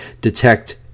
detect